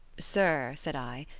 sir, said i,